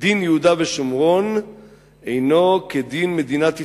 "דין יהודה ושומרון אינו כדין מדינת ישראל,